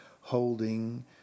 holding